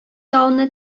тауны